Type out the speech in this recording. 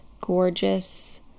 gorgeous